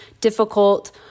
difficult